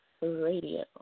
Radio